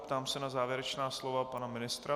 Ptám se na závěrečná slova pana ministra.